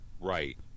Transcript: right